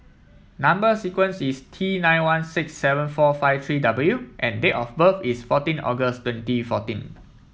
number sequence is T nine one six seven four five three W and date of birth is fourteen August twenty fourteen